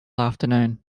afternoon